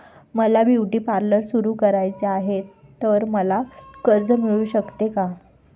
मला beauty parlour सुरू करायचे आहे तर मला कर्ज मिळू शकेल का?